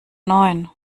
neun